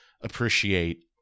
appreciate